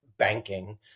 Banking